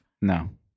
No